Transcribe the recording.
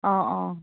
অঁ অঁ